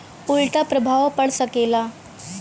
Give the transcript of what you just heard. उल्टा प्रभाव पड़ सकेला